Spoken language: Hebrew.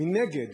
מנגד,